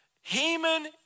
Haman